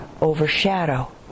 overshadow